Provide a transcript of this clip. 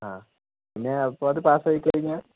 ആ പിന്നെയപ്പോൾ അത് പാസായി കഴിഞ്ഞാൽ